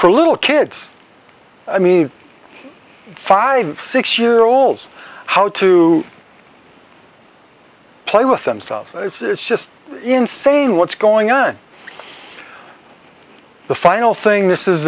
for little kids i mean five six year olds how to play with themselves it's just insane what's going on the final thing this is